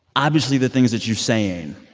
obviously the things that you're saying,